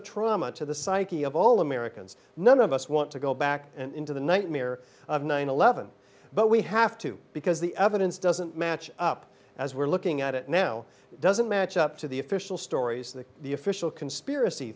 to the psyche of all americans none of us want to go back into the nightmare of nine eleven but we have to because the evidence doesn't match up as we're looking at it now it doesn't match up to the official stories that the official conspiracy